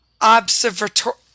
observatory